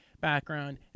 background